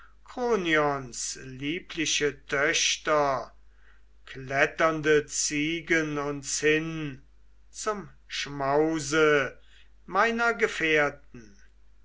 liebliche töchter kletternde ziegen uns hin zum schmause meiner gefährten